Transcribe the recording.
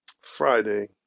friday